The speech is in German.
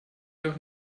doch